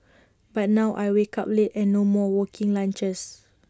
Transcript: but now I wake up late and no more working lunches